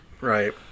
Right